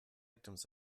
victims